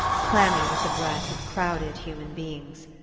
clammy with the breath of crowded human beings.